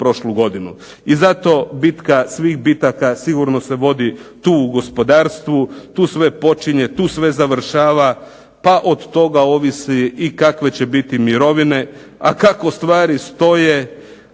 I zato bitka svih bitaka sigurno se vodi tu u gospodarstvu, tu sve počinje, tu sve završava, pa o tome ovisi kakve će biti mirovine. A kako stvari stoje,